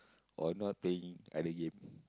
or not paying other game